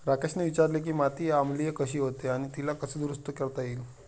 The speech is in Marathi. राकेशने विचारले की माती आम्लीय कशी होते आणि तिला कसे दुरुस्त करता येईल?